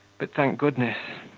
but, thank goodness,